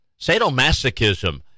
sadomasochism